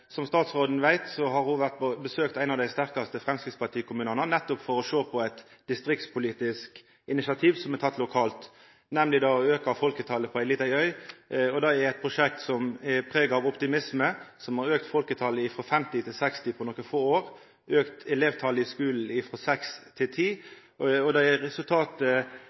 som statsråden veit, har ho vore på besøk i ein av dei sterkaste Framstegsparti-kommunane, nettopp for å sjå på eit distriktspolitisk initiativ som er tatt lokalt, nemleg å auka folketalet på ei lita øy. Dette er eit prosjekt som er prega av optimisme, og som har auka folketalet frå 50 til 60 på nokre få år, auka elevtalet i skulen frå 6 til 10. Dette er resultatet av at ein er